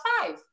five